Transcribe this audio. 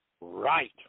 Right